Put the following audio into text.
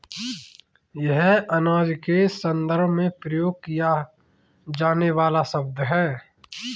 यह अनाज के संदर्भ में प्रयोग किया जाने वाला शब्द है